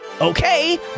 Okay